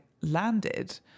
landed